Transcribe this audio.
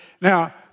Now